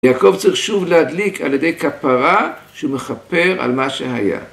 יעקב צריך שוב להדליק על ידי כפרה שהוא מכפר על מה שהיה